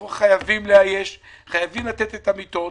אנחנו חייבים לאייש, חייבים לתת את המיטות.